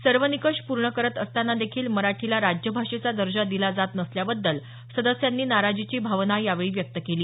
सर्व निकष पूर्ण करत असतांनादेखील मराठीला राजभाषेच्या दजां दिला जात नसल्याबद्दल सदस्यांनी नाराजीची भावना यावेळी व्यक्त केली